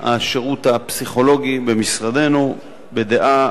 השירות הפסיכולוגי במשרדנו בדעה